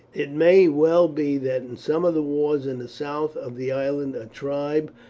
it may well be that in some of the wars in the south of the island a tribe,